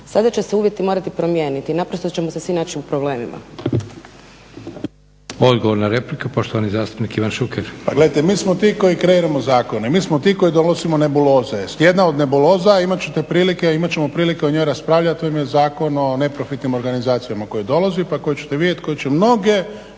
sada će se uvjeti morati promijeniti. Naprosto ćemo se svi naći u problemima. **Leko, Josip (SDP)** Odgovor na repliku, poštovani zastupnik Ivan Šuker. **Šuker, Ivan (HDZ)** Pa gledajte, mi smo ti koji kreiramo zakone. Mi smo ti koji donosimo nebuloze. Jedna od nebuloza imat ćemo prilike o njoj raspravljati u ime Zakona o neprofitnim organizacijama koje dolaze, pa koje ćete vidjeti, koje će mnoge